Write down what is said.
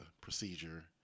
procedure